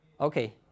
Okay